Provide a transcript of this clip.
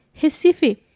Recife